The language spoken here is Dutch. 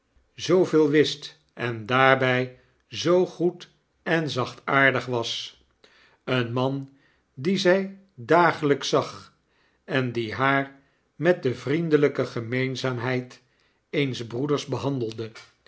zooveel wist en daarbij zoo goed en zachtaardig was een man dien zij dagelyks zag en die haar met de vriendelyke gemeenzaamheid eens broeders behandelde